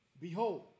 behold